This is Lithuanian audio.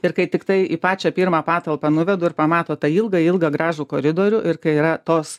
ir kai tiktai į pačią pirmą patalpą nuvedu ir pamato tą ilgą ilgą gražų koridorių ir kai yra tos